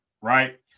right